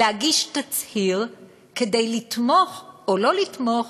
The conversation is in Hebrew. להגיש תצהיר כדי לתמוך או לא לתמוך